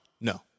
No